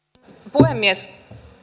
puhemies